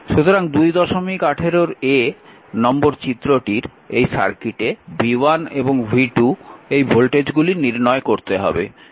সুতরাং 218 নম্বর চিত্রটির এই সার্কিটে v1 এবং v2 এই ভোল্টেজগুলি নির্ণয় করতে হবে